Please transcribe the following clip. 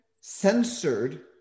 censored